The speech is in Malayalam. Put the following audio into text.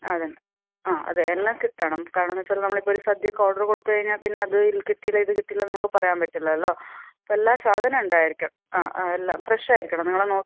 അതുതന്നെ ആ അതെ എല്ലാം കിട്ടണം കാരണമെന്ന് വെച്ചാൽ നമ്മൾ ഇപ്പോൾ ഒരു സദ്യയ്ക്ക് ഓർഡർ കൊടുത്ത് കഴിഞ്ഞാൽ പിന്നെ അത് കിട്ടിയില്ല ഇത് കിട്ടിയില്ല എന്ന് നമുക്ക് പറയാൻ പറ്റില്ലല്ലോ അപ്പോൾ എല്ലാ സാധനം ഉണ്ടായിരിക്കണം ആ എല്ലാം ഫ്രഷ് ആയിരിക്കണം നിങ്ങൾ നോക്ക്